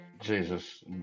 Jesus